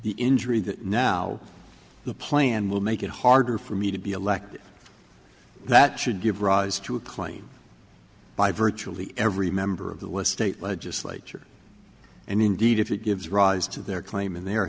the injury that now the plan will make it harder for me to be elected that should give rise to a claim by virtually every member of the west state legislature and indeed if it gives rise to their claim in their